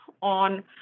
on